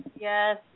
Yes